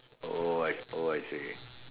oh I oh I see